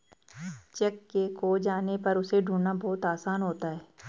cheque के खो जाने पर उसे ढूंढ़ना बहुत आसान होता है